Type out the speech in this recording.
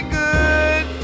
good